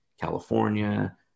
California